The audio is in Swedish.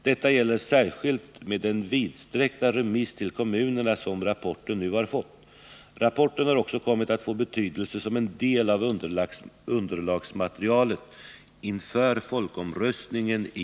Detta gäller särskilt med den vidsträckta remiss till kommunerna som rapporten nu fått. Rapporten har också kommit att få Nr 90 betydelse som en del av underlagsmaterialet inför folkomröstningen i